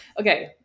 okay